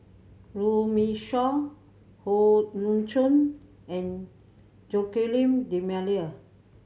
Runme Shaw Howe Yoon Chong and Joaquim D'Almeida